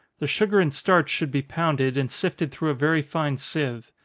the sugar and starch should be pounded, and sifted through a very fine sieve.